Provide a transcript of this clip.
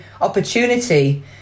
opportunity